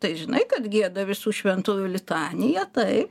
tai žinai kad gieda visų šventųjų litaniją taip